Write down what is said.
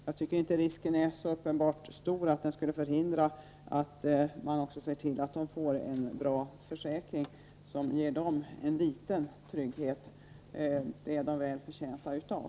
Jag tycker inte att risken är så uppenbart stor att den skulle förhindra att man också såg till att de får en bra försäkring som ger dem en liten trygghet. Det är de väl förtjänta av.